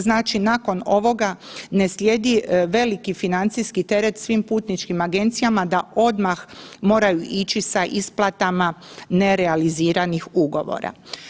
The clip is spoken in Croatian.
Znači nakon ovoga ne slijedi veliki financijski teret svim putničkim agencijama da odmah moraju ići sa isplatama nerealiziranih ugovora.